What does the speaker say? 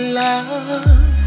love